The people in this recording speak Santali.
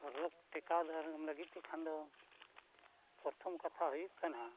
ᱨᱳᱜᱽ ᱴᱮᱠᱟᱣ ᱫᱟᱨᱟᱢ ᱞᱟᱹᱜᱤᱫ ᱛᱮᱠᱷᱟᱱ ᱫᱚ ᱯᱚᱨᱛᱷᱚᱢ ᱠᱟᱛᱷᱟ ᱦᱩᱭᱩᱜ ᱠᱟᱱᱟ